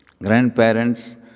Grandparents